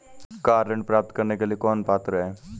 Car ऋण प्राप्त करने के लिए कौन पात्र है?